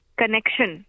connection